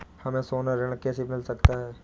हमें सोना ऋण कैसे मिल सकता है?